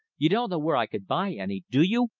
you don't know where i could buy any, do you?